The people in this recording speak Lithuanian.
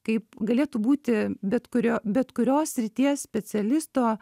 kaip galėtų būti bet kurio bet kurios srities specialisto